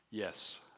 Yes